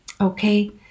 Okay